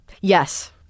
yes